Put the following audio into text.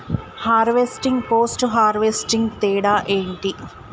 Harvesting, post harvesting తేడా ఏంటి?